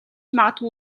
магадгүй